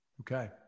Okay